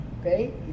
Okay